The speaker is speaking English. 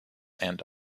and